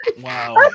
Wow